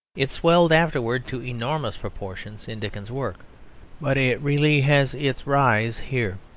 it swelled afterwards to enormous proportions in dickens's work but it really has its rise here.